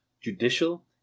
judicial